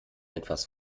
etwas